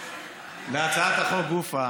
להצעת החוק גופה,